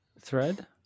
thread